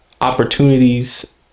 opportunities